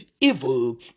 evil